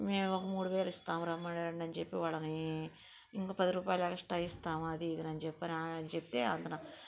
మేమొక మూడు వేలిస్తాము రమ్మనండి అని చెప్పి వాళ్ళని ఇంక పది రూపాయలు ఎక్స్ట్రా ఇస్తాము అది ఇదని చెప్పర చెప్తే అతన